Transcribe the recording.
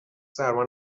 سرما